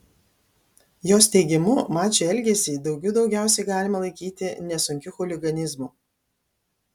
jos teigimu mačio elgesį daugių daugiausiai galima laikyti nesunkiu chuliganizmu